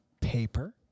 paper